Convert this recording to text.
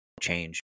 change